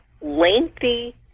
lengthy